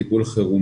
הוא טיפול חירומי